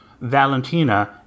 Valentina